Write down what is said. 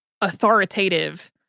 authoritative